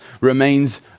remains